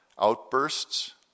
outbursts